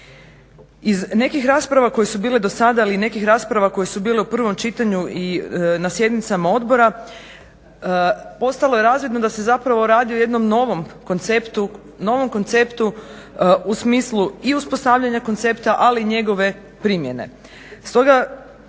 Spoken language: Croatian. Iz nekih rasprava koje su bile do sada, ali i nekih rasprava koje su bile u prvom čitanju i na sjednicama odbora postalo je razvidno da se zapravo radi o jednom novom konceptu u smislu i uspostavljanja koncepta, ali i njegove primjene.